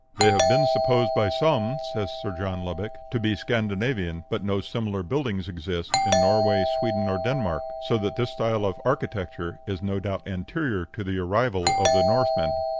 they have been supposed by some, says sir john lubbock, to be scandinavian, but no similar buildings exist in norway, sweden, or denmark, so that this style of architecture is no doubt anterior to the arrival of the northmen.